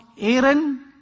Aaron